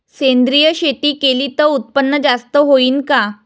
सेंद्रिय शेती केली त उत्पन्न जास्त होईन का?